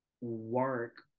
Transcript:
work